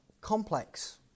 complex